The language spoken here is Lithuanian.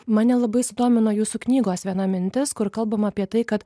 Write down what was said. mane labai sudomino jūsų knygos viena mintis kur kalbama apie tai kad